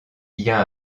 y’a